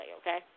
Okay